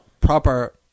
proper